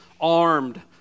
armed